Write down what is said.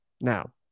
now